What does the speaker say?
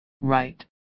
right